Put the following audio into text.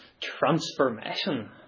transformation